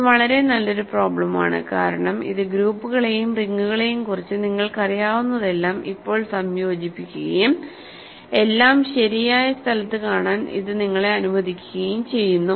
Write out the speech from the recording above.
ഇത് വളരെ നല്ലൊരു പ്രോബ്ലം ആണ് കാരണം ഇത് ഗ്രൂപ്പുകളെയും റിങ്ങുകളെയും കുറിച്ച് നിങ്ങൾക്കറിയാവുന്നതെല്ലാം ഇപ്പോൾ സംയോജിപ്പിക്കുകയും എല്ലാം ശരിയായ സ്ഥലത്ത് കാണാൻ ഇത് നിങ്ങളെ അനുവദിക്കുകായും ചെയ്യുന്നു